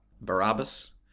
Barabbas